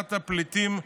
בבעיית הפליטים הערבים.